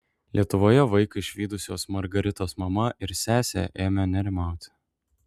lietuvoje vaiką išvydusios margaritos mama ir sesė ėmė nerimauti